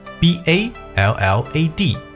B-A-L-L-A-D